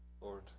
Lord